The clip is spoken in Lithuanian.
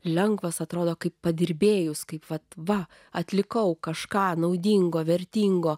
lengvas atrodo kaip padirbėjus kaip vat va atlikau kažką naudingo vertingo